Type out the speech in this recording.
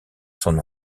son